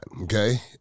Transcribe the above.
okay